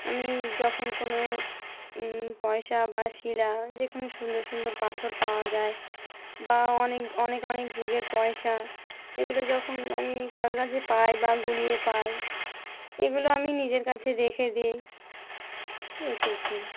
আমি যখন কোনো পয়সা বা শিলা যে কোনো সুন্দর সুন্দর পাথর পাওয়া যায় বা অনেক অনেক অনেক যুগের পয়সা এগুলো যখন আমি কারোর কাছে পাই বা কুড়িয়ে পাই এগুলো আমি নিজের কাছে রেখে দিই এটুকুই